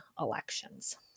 elections